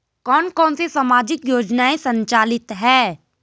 कौन कौनसी सामाजिक योजनाएँ संचालित है?